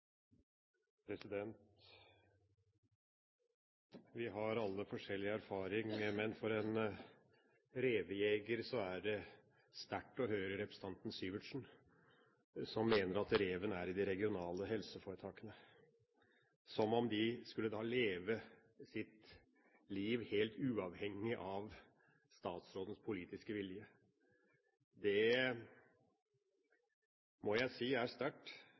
sektorer. Vi har alle forskjellige erfaringer, men for en revejeger er det sterkt å høre representanten Syvertsen, som mener at reven er i de regionale helseforetakene, som om de skulle leve sitt liv helt uavhengig av statsrådens politiske vilje – det må jeg si er sterkt